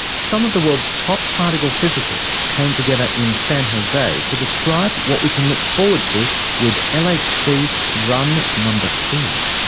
some of the world's top particle physicists came together in san jose to describe what we can look forward to with like lhc run number two.